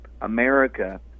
America